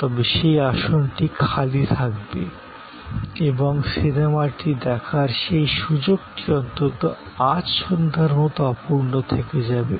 তবে সেই আসনটি খালি থাকবে এবং সিনেমাটি দেখার সেই সুযোগটি অন্ততঃ আজ সন্ধ্যার মতো অপূর্ণ থেকে যাবে